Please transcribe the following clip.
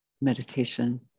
meditation